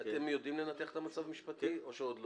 אתם יודעים לנתח את המצב המשפטי או שעוד לא?